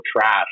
trash